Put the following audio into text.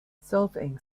solfaing